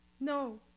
No